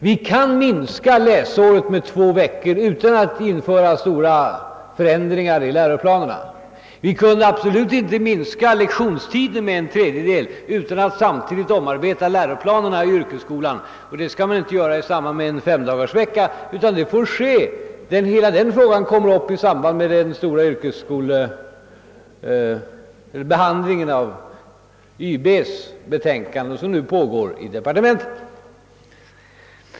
Vi kan minska läsåret med två veckor utan att göra stora förändringar i läroplanerna. Däremot skulle vi absolut inte kunna minska lektionstiden med en tredjedel utan att samtidigt omarbeta läroplanen för yrkesskolan, och detta skall ju inte göras i samband med införandet av femdagarsvecka, utan hela denna fråga kommer upp under den behandling av yrkesutbildningsberedningens betänkande som nu pågår i departementet.